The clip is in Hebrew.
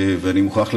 ואני מוכרח להגיד,